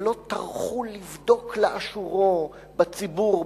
שלא טרחו לבדוק לאשורו בציבור,